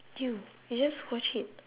you you just watch it